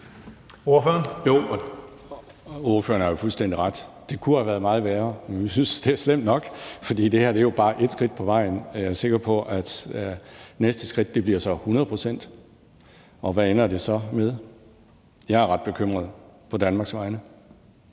(DF): Jo, og ordføreren har jo fuldstændig ret: Det kunne have været meget værre. Men vi synes, det er slemt nok, for det her er jo bare ét skridt på vejen, og jeg er sikker på, at næste skridt så bliver 100 pct. – og hvad ender det så med? Jeg er ret bekymret på Danmarks vegne.